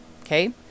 Okay